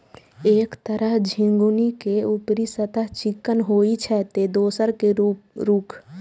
एक तरह झिंगुनी के ऊपरी सतह चिक्कन होइ छै, ते दोसर के रूख